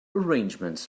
arrangements